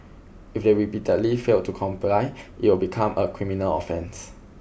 if they repeatedly fail to comply it will become a criminal offence